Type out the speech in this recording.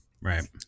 Right